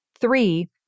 Three